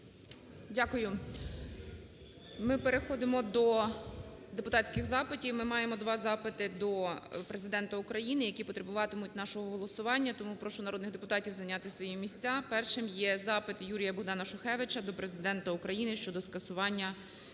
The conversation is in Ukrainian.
Дякую. Ми переходимо до депутатських запитів. Ми маємо два запити до Президента України, які потребуватимуть нашого голосування, тому прошу народних депутатів зайняти свої місця. Першим є запит Юрія-Богдана Шухевича до Президента України щодо скасування